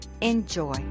Enjoy